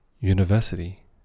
University